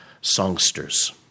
songsters